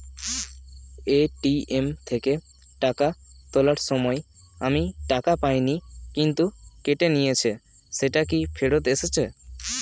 ATM থেকে টাকা তোলার সময় আমি টাকা পাইনি কিন্তু কেটে নিয়েছে সেটা কি ফেরত এসেছে?